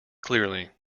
clearly